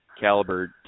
caliber